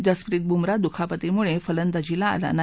जसप्रित बुमरा दुखापतीमुळळळलदाजीला आला नाही